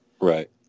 Right